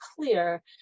clear